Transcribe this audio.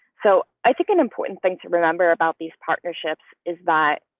so i think an important thing to remember about these partnerships is that.